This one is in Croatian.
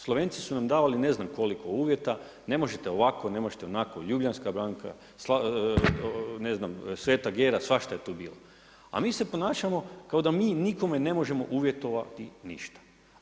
Slovenci su nam davali ne znam koliko uvjeta, ne možete ovako, ne možete onako, Ljubljanska banka, Sv. Gera svašta je tu bilo, a mi se ponašamo kao da mi nikome ne možemo uvjetovati ništa.